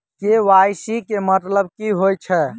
KYC केँ मतलब की होइ छै?